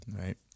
Right